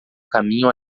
caminho